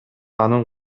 анын